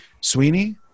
Sweeney